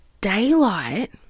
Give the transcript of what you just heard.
daylight